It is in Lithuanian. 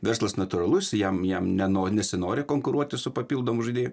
verslas natūralus jam jam neno nesinori konkuruoti su papildomu žaidėju